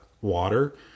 water